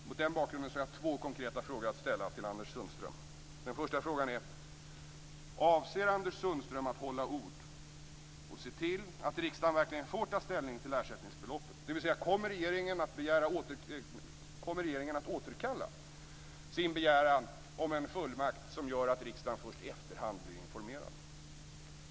Mot den bakgrunden har jag två konkreta frågor att ställa till Anders Sundström: Avser Anders Sundström att hålla ord och se till att riksdagen verkligen får ta ställning till ersättningsbeloppet, dvs. att regeringen kommer att återkalla sin begäran om en fullmakt som gör att riksdagen först i efterhand blir informerad?